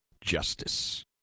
justice